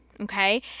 okay